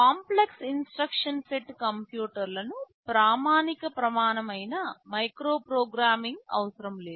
complex instruction set కంప్యూటర్లకు ప్రామాణిక ప్రమాణం అయిన మైక్రోప్రోగ్రామింగ్ అవసరం లేదు